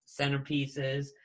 centerpieces